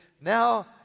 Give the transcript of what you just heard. Now